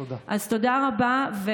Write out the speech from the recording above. תודה רבה.